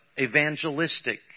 evangelistic